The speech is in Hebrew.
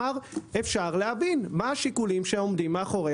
אפשר להבין מה השיקולים שעומדים מאחורי